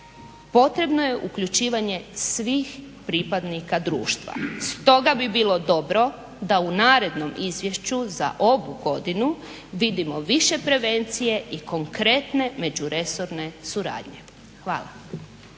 potrebno je uključivanje svih pripadnika društva. Stoga bi bilo dobro da u narednom izvješću za ovu godinu vidimo više prevencije i konkretne međuresorne suradnje. Hvala.